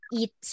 eat